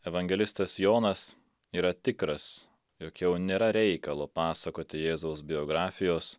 evangelistas jonas yra tikras jog jau nėra reikalo pasakoti jėzaus biografijos